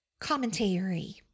commentary